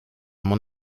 mon